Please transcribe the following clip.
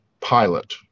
pilot